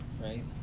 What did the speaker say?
right